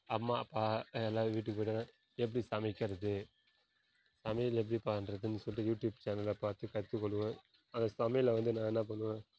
அம்மா அப்பா எல்லோரும் வீட்டுக்கு போய்விட்டாங்கன்னா எப்படி சமைக்கிறது சமையல் எப்படி பண்ணுறதுன்னு சொல்லி யூடியூப் சேனலில் பார்த்து கற்றுக்கொள்வேன் அதை சமையலில் வந்து நான் என்ன பண்ணுவேன்